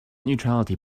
neutrality